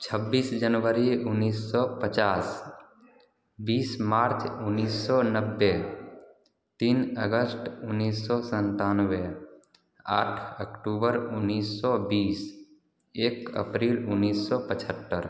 छब्बीस जनवरी उन्नीस सौ पचास बीस मार्च उन्नीस सौ नब्बे तीन अगश्ट उन्नीस सौ संतानवे आठ अक्टूबर उन्नीस सौ बीस एक अप्रिल उन्नीस सौ पचहत्तर